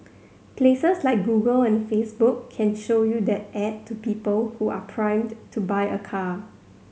places like Google and Facebook can show you that ad to people who are primed to buy a car